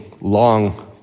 long